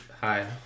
Hi